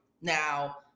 now